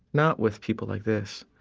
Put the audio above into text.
not with people like this,